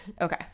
Okay